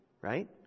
right